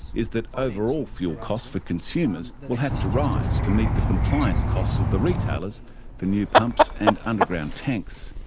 is that overall fuel costs for consumers will have to rise to meet the compliance costs of the retailers for new pumps and underground tanks.